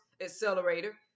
Accelerator